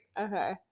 Okay